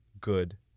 good